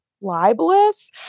libelous